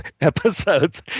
episodes